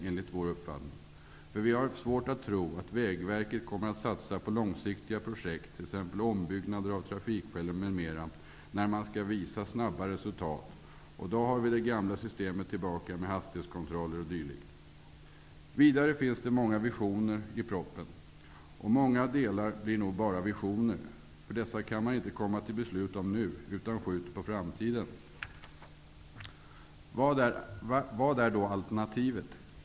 Vi har nämligen svårt att tro att Vägverket kommer att satsa på långsiktiga projekt, t.ex. på ombyggnader av trafikfällor, när man skall visa snabba resultat. Då är vi tillbaka i det gamla systemet med hastighetskontroller o.d. Det finns många visioner i propositionen, och många delar förblir nog bara visioner. Man kan ju inte komma till beslut om de här sakerna nu, utan man skjuter dem på framtiden. Vad är då alternativet?